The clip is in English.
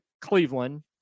Cleveland